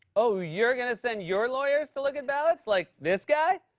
oh, you're going to send your lawyers to look at ballots like this guy?